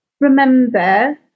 remember